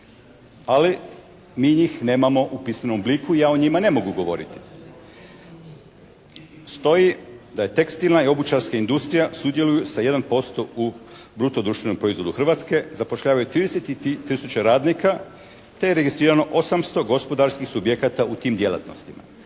ali mi njih nemamo u pismenom obliku, ja o njima ne mogu govoriti. Stoji da je tekstilna i obućarska industrija sudjeluju sa 1% u bruto društvenom proizvodu Hrvatske, zapošljavaju 33 tisuće radnika te je registrirano 800 gospodarskih subjekata u tim djelatnostima.